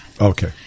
Okay